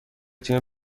تیم